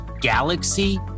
galaxy